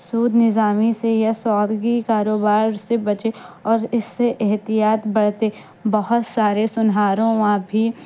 سود نظامی سے یا سوادگی کاروبار سے بچے اور اس سے احتیاط برتے بہت سارے سنہاروں وہاں اب بھی